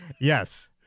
Yes